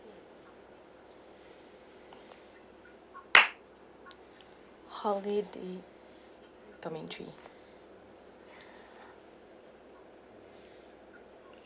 holiday domain three